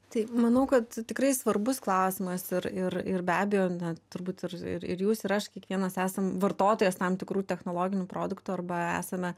tai manau kad tikrai svarbus klausimas ir ir ir be abejo na turbūt ir ir jūs ir aš kiekvienas esam vartotojas tam tikrų technologinių produktų arba esame